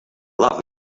love